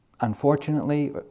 unfortunately